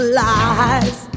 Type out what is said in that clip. lies